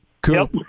Cool